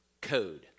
code